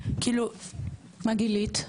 כאילו --- מה גילית?